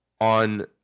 on